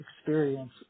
experience